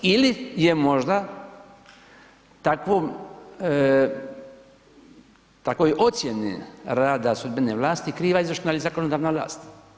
Ili je možda takvoj ocjeni rada sudbene vlasti kriva izvršna ili zakonodavna vlast.